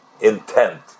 intent